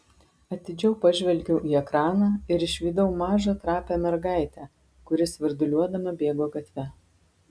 atidžiau pažvelgiau į ekraną ir išvydau mažą trapią mergaitę kuri svirduliuodama bėgo gatve